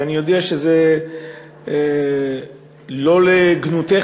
ואני יודע שזה לא לגנותך,